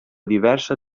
diversa